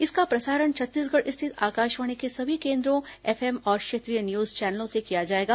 इसका प्रसारण छत्तीसगढ़ रिथित आकाशवाणी के सभी केन्द्रों एफएम और क्षेत्रीय न्यूज चैनलों से किया जाएगा